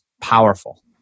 powerful